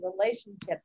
relationships